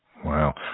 Wow